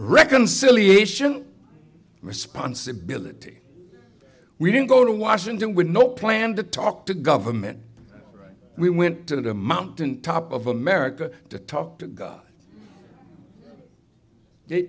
reconciliation responsibility we didn't go to washington with no plan to talk to government we went to the mountaintop of america to talk to god